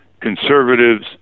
conservatives